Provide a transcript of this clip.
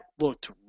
looked